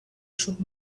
should